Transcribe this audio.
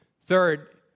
Third